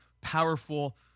powerful